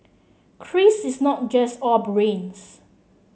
Chris is not just all brains